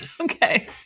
Okay